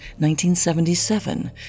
1977